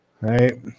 right